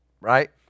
Right